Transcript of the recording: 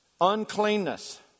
Uncleanness